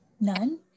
None